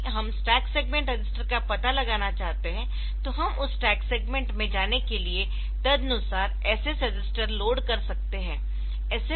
जब भी हम स्टैक सेगमेंट का पता लगाना चाहते है तो हम उस स्टैक सेगमेंट में जाने के लिए तदनुसार SS रजिस्टर लोड कर सकते है